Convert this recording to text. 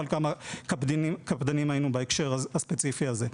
כמה קפדניים היינו בהקשר הספציפי הזה.